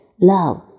love